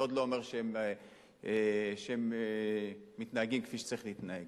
זה עוד לא אומר שהם מתנהגים כפי שצריך להתנהג.